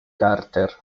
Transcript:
carter